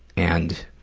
and